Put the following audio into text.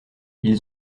ils